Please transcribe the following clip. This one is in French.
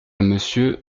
monsieur